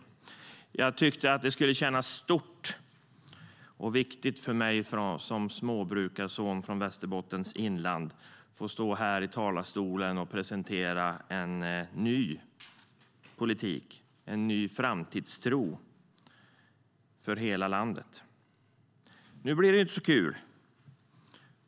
Jag tyckte att det skulle kännas stort och viktigt för mig som småbrukarson från Västerbottens inland att få stå här i talarstolen och presentera en ny politik för ny framtidstro i hela landet. Men nu blir det inte så kul.